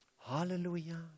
Hallelujah